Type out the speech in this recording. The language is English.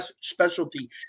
specialty